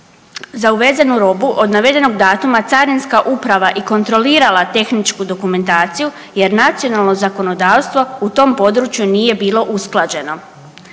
za uvezenu robu od navedenog datuma carinska uprava i kontrolirala tehničku dokumentaciju jer nacionalno zakonodavstvo u tom području nije bilo usklađeno.